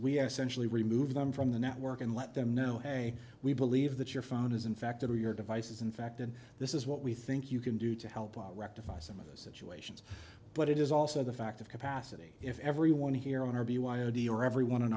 centrally remove them from the network and let them know hey we believe that your phone is infected or your devices in fact and this is what we think you can do to help our rectify some of those situations but it is also the fact of capacity if everyone here on our b y o b or everyone in